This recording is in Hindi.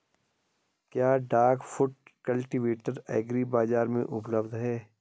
क्या डाक फुट कल्टीवेटर एग्री बाज़ार में उपलब्ध है?